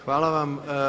Hvala vam.